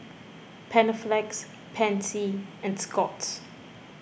Panaflex Pansy and Scott's